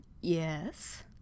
Yes